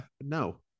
No